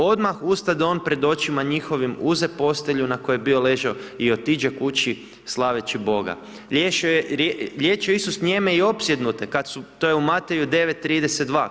Odmah ustade on pred očima njihovim, uze postelju na kojoj je bio ležao i otiđe kući slaveći Boga.“ Liječio je Isus nijeme i opsjednute, to je u Mateju 9.32.